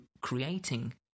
creating